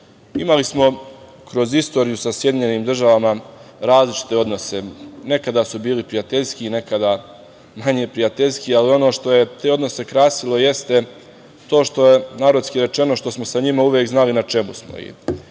smo kroz istoriju sa Sjedinjenim državama različite odnose. Nekada su bili prijateljski, nekada manje prijateljski, ali ono što je te odnose krasilo jeste to što smo, narodski rečeno, uvek znali na čemu smo.